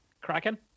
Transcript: Kraken